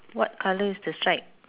what colour is the stripe